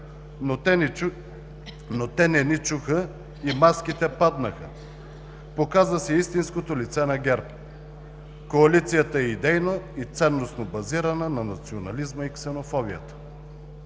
но те не ни чуха и маските паднаха. Показа се истинското лице на ГЕРБ – коалицията е идейно и ценностно базирана на национализма и ксенофобията.